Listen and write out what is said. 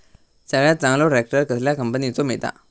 सगळ्यात चांगलो ट्रॅक्टर कसल्या कंपनीचो मिळता?